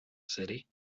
city